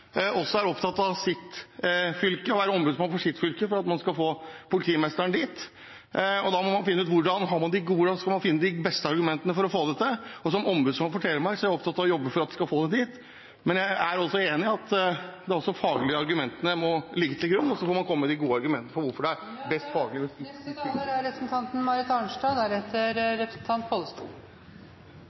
også er opptatt av sitt fylke – er ombudsmenn for sitt fylke – og av at man skal få politimesteren dit. Da må man finne de beste argumentene for å få det til, og som ombudsmann for Telemark er jeg opptatt av å jobbe for at vi skal få det dit. Men jeg er enig i at også de faglige argumentene må ligge til grunn, og så må man komme med de gode argumentene for hvorfor det er best faglig.